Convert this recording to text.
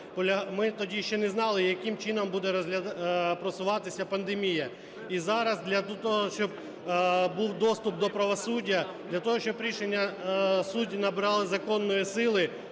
ми тоді ще не знали, яким чином буде просуватися пандемія. І зараз для того, щоб був доступ до правосуддя, для того, щоб рішення судів набрали законної сили,